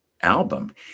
album